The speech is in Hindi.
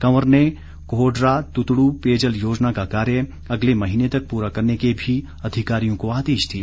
कंवर ने कोहडरा तुतडू पेयजल योजना का कार्य अगले महीने तक पूरा करने के भी अधिकारियों को आदेश दिए